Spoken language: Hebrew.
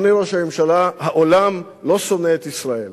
אדוני ראש הממשלה, העולם לא שונא את ישראל,